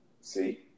See